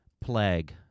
plague